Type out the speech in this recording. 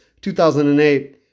2008